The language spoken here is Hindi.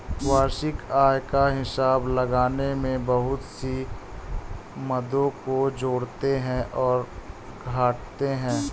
वार्षिक आय का हिसाब लगाने में बहुत सी मदों को जोड़ते और घटाते है